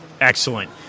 excellent